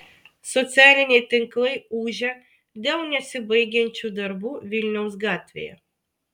socialiniai tinklai ūžia dėl nesibaigiančių darbų vilniaus gatvėje